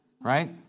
right